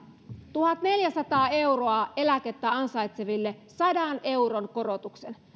tuhatneljäsataa euroa eläkettä ansaitseville sadan euron korotuksen